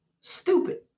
Stupid